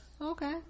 okay